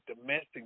domestic